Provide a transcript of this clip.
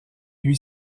lui